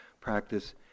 practice